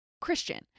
Christian